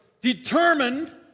determined